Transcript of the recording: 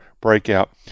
breakout